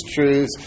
truths